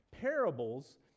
parables